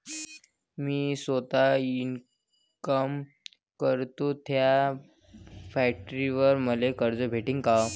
मी सौता इनकाम करतो थ्या फॅक्टरीवर मले कर्ज भेटन का?